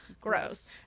Gross